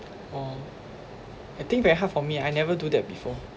orh I think very hard for me I never do that before